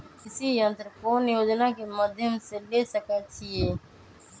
कृषि यंत्र कौन योजना के माध्यम से ले सकैछिए?